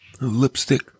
lipstick